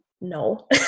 no